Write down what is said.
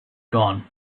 gone